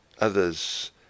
others